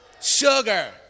sugar